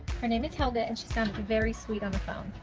her name is helga, and she sounds very sweet on the phone!